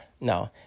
No